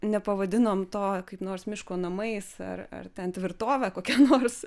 nepavadinom to kaip nors miško namais ar ar ten tvirtove kokia nors